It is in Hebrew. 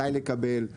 מתי לקבל,